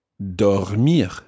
Dormir